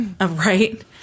Right